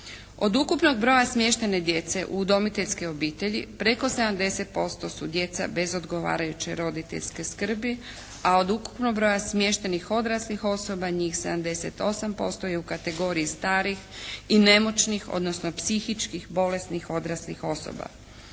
Od ukupnog broja smještene djece u udomiteljske obitelji preko 70% su djeca bez odgovarajuće roditeljske skrbi, a od ukupnog broja smještenih odraslih osoba njih 78% je u kategoriji starih i nemoćnih, odnosno psihičkih bolesnih odraslih osoba.